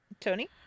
Tony